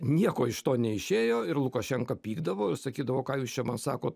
nieko iš to neišėjo ir lukašenka pykdavo sakydavo ką jūs čia man sakot